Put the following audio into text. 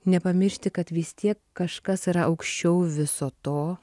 nepamiršti kad vis tiek kažkas yra aukščiau viso to